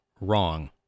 wrong